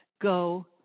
go